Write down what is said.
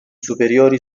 superiori